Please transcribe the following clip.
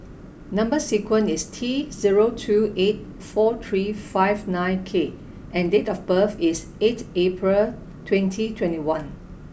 number sequence is T zero two eight four three five nine K and date of birth is eighth April twenty twenty one